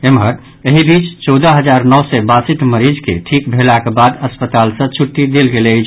एम्हर एहि बीच चौदह हजार नओ सय बासठि मरीज के ठीक भेलाक बाद अस्पताल सँ छूटटी देल गेल अछि